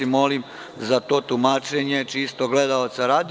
Molim za to tumačenje čisto gledalaca radi.